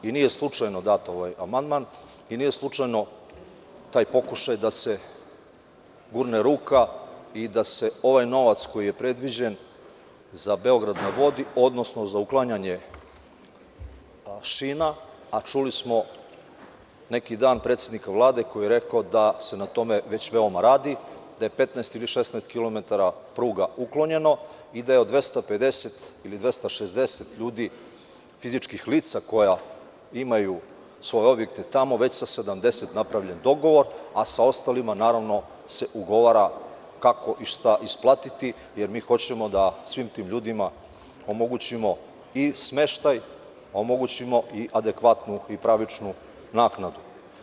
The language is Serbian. Nije slučajno dat ovaj amandman, nije slučajno taj pokušaj da se gurne ruka i da se ovaj novac koji je predviđen za „Beograd na vodi“, odnosno za uklanjanje šina, a čuli smo neki dan predsednika Vlade koji je rekao da se na tome veoma radi, da je 15 ili 16 km pruge uklonjeno i da je od 250 i 260 ljudi, fizičkih lica koja imaju svoje objekte tamo, sa 70 napravljen dogovor, a sa ostalima se ugovara kako i šta isplatiti, jer mi hoćemo da svim tim ljudima omogućimo i smeštaj, omogućimo i adekvatnu i pravičnu naknadu.